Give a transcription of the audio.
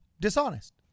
dishonest